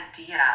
idea